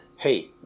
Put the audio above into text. Hey